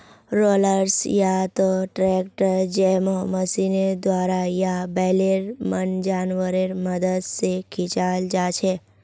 rollers या त tractor जैमहँ मशीनेर द्वारा या बैलेर मन जानवरेर मदद से खींचाल जाछे